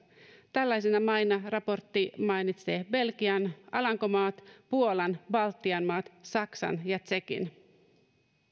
tällaisina maina raportti mainitsee belgian alankomaat puolan baltian maat saksan ja tsekin